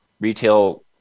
retail